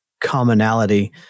commonality